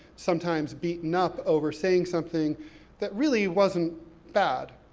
sometimes, beaten up over saying something that really wasn't bad.